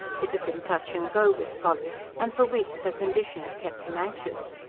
it had been touch and go with polly and for weeks her condition had kept him anxious.